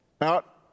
out